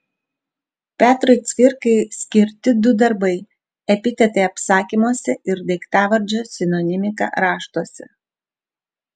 petrui cvirkai skirti du darbai epitetai apsakymuose ir daiktavardžio sinonimika raštuose